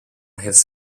his